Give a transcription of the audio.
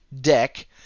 deck